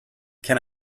can